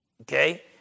okay